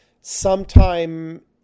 sometime